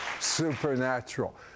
supernatural